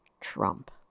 Trump